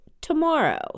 tomorrow